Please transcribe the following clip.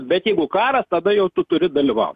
bet jeigu karas tada jau tu turi dalyvaut